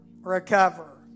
recover